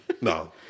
No